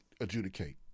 adjudicate